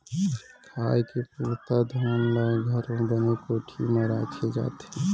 खाए के पुरता धान ल घर म बने कोठी म राखे जाथे